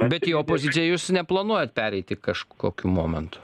bet į opoziciją jūs neplanuojat pereiti kažkokiu momentu